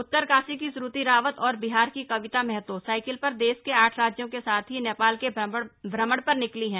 उत्तरकाशी की श्रृति रावत और बिहार की कविता मेहतो साइकिल पर देश के आठ राज्यों के साथ ही नेपाल के भ्रमण पर निकली हैं